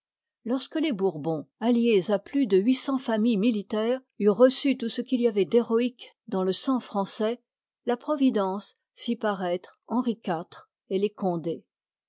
lorsque les bourbons alliés à plus de huit cents familles militaires curent reçu tout ce qu'il y avoit d'héroïque dans le sang français la providence fit paroître henri iv et les condé